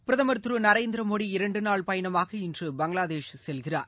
பிரதமர் திரு நரேந்திர மோடி இரண்டு நாள் பயணமாக இன்று பங்களாதேஷ் செல்கிறார்